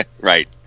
Right